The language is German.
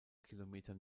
kilometer